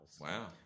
wow